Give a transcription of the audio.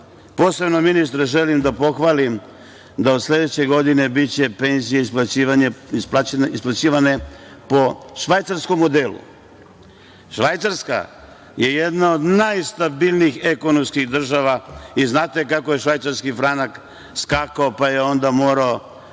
ministre, želim da pohvalim da u sledećoj godini će biti penzije isplaćivane po švajcarskom modelu. Švajcarska je jedna od najstabilnijih država. Znate kako je švajcarski franak skakao pa je onda morao